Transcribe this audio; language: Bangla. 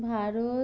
ভারত